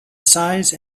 size